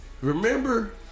Remember